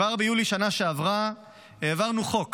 כבר ביולי בשנה שעברה העברנו חוק